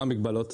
מה המגבלות?